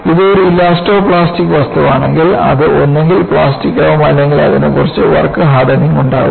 ഇത് ഒരു elasto plastic വസ്തുവാണെങ്കിൽ അത് ഒന്നുകിൽ പ്ലാസ്റ്റിക്ക് ആകും അല്ലെങ്കിൽ അതിന് കുറച്ച് വർക്ക് ഹാർഡനിങ് ഉണ്ടാകും